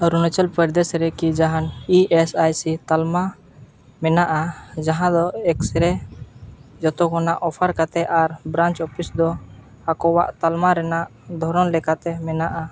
ᱚᱨᱩᱱᱟᱪᱚᱞ ᱯᱨᱚᱫᱮᱥ ᱨᱮᱠᱤ ᱡᱟᱦᱟᱱ E S I C ᱛᱟᱞᱢᱟ ᱢᱮᱱᱟᱜᱼᱟ ᱡᱟᱦᱟᱸ ᱫᱚ ᱮᱠᱥᱨᱮᱹ ᱡᱚᱛᱚᱱᱟᱜ ᱠᱚ ᱚᱯᱷᱟᱨ ᱠᱟᱛᱮᱫ ᱟᱨ ᱵᱨᱟᱧᱪ ᱚᱯᱷᱤᱥ ᱫᱚ ᱟᱠᱚᱣᱟᱜ ᱛᱟᱞᱢᱟ ᱨᱮᱱᱟᱜ ᱫᱷᱚᱨᱚᱱ ᱞᱮᱠᱟᱛᱮ ᱢᱮᱱᱟᱜᱼᱟ